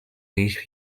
ich